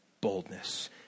boldness